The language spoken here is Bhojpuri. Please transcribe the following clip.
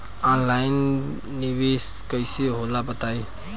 ऑनलाइन निवेस कइसे होला बताईं?